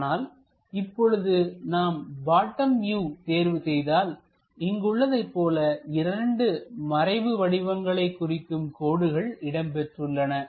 ஆனால் இப்பொழுது நாம் பாட்டன் வியூ தேர்வு செய்தால்இங்கு உள்ளதைப் போல 2 மறைவு வடிவங்களைக் குறிக்கும் கோடுகள் இடம்பெற்றுள்ளன